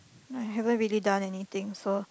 I haven't really done anything so